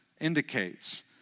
indicates